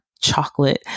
chocolate